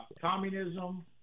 communism